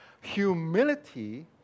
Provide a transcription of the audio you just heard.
Humility